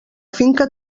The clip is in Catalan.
finca